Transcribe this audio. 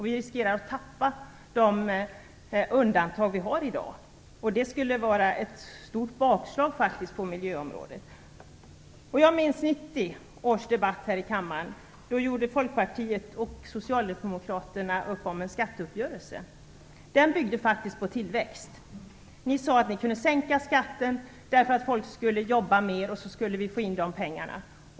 Vi riskerar att tappa de undantag som vi i dag har, och det skulle faktiskt vara ett stort bakslag på miljöområdet. Jag minns 1990 års debatt här i kammaren. Då träffade Folkpartiet och Socialdemokraterna en skatteuppgörelse. Den byggde faktiskt på tillväxt. Ni sade att ni kunde sänka skatten därför att folk skulle jobba mera och vi därmed skulle få in pengar.